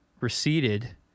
receded